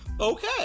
Okay